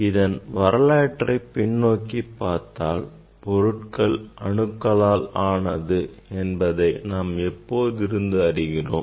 இதன் வரலாற்றை பின்நோக்கி பார்த்தால் பொருட்கள் அணுக்களால் ஆனது என்பதை நாம் எப்போதிருந்து அறிகிறோம்